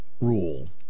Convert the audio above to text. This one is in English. rule